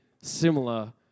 similar